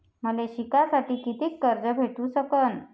मले शिकासाठी कितीक कर्ज भेटू सकन?